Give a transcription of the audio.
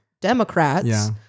Democrats